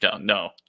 No